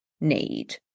need